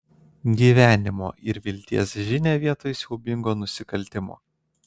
gyvenimo ir vilties žinią vietoj siaubingo nusikaltimo